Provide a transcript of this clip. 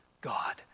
God